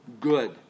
good